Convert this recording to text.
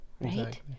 right